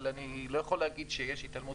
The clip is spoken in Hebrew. אבל אני לא יכול להגיד שיש התעלמות